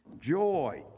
Joy